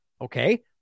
Okay